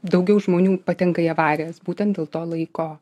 daugiau žmonių patenka į avarijas būtent dėl to laiko